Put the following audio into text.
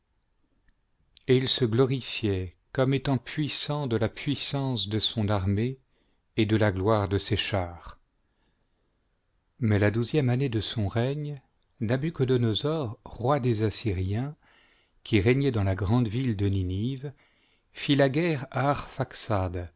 et il glorifiait comme étant puissant de la puissance de son armée et de la gloire de ses chars mais la douzième année de son règne nabuchodonosor roi des assyriens qui régnait dans la grande ville de ninive fit la guerre à